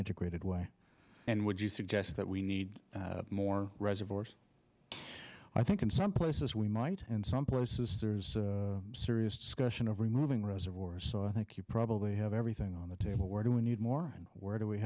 integrated way and would you suggest that we need more reservoirs i think in some places we might and some places there's a serious discussion of removing reservoirs so i think you probably have everything on the table where do we need more and where do we